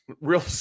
real